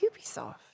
Ubisoft